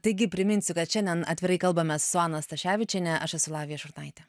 taigi priminsiu kad šiandien atvirai kalbame su ana staševičienė aš esu lavija šurnaitė